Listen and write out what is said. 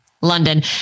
London